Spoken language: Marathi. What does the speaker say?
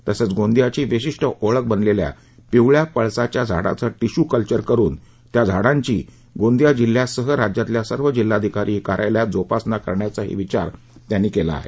तसंच गोंदियाची विशिष्ट ओळख बनलेल्या पिवळ्या पळसाच्या झाडांचं टिश्यु कल्चर करुन त्या झाडांची गोंदिया जिल्ह्यासह राज्यातल्या सर्व जिल्हाधिकारी कार्यालयात जोपासना करण्याचाही विचार त्यांनी केला आहे